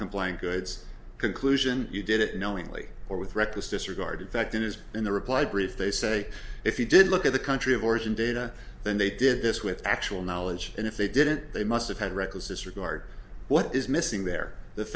compliant goods conclusion you did it knowingly or with reckless disregard in fact it is in the reply brief they say if you did look at the country of origin data then they did this with actual knowledge and if they didn't they must have had reckless disregard what is missing there the